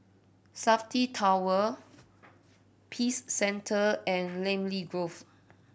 Safti Tower Peace Centre and Namly Grove